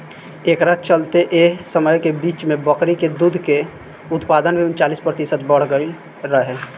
एकरा चलते एह समय के बीच में बकरी के दूध के उत्पादन भी उनचालीस प्रतिशत बड़ गईल रहे